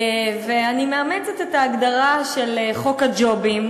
ואני מאמצת את ההגדרה של "חוק הג'ובים".